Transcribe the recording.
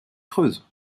creuse